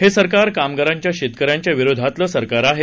हे सरकार कामगारांच्या शेतकऱ्यांच्या विरोधातलं सरकार आहे